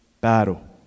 battle